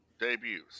debuts